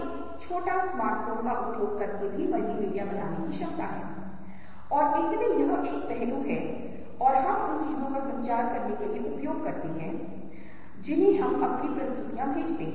दूसरी ओर यदि आप लाल और हरे रंग को देख रहे हैं तो वे समान रूप से उज्ज्वल हैं और यदि आप नीले और नारंगी देख रहे हैं तो नारंगी नीले रंग की तुलना में काफी चमकीला है लेकिन इतना उज्ज्वल नहीं है जितना कि हमारे बीच का संबंध पीला और बैंगनी